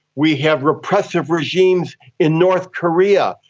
we have repressive regimes in north korea,